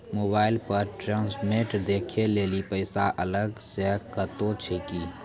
Mobile पर statement देखे लेली पैसा अलग से कतो छै की?